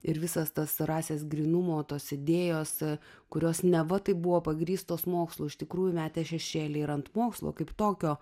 ir visas tas rasės grynumo tos idėjos kurios neva tai buvo pagrįstos mokslu iš tikrųjų metė šešėlį ir ant mokslo kaip tokio